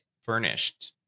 furnished